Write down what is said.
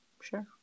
Sure